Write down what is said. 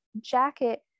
jacket